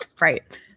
Right